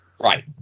Right